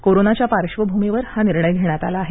कोरोनाच्या पार्श्वभूमीवर हा निर्णय घेण्यात आला आहे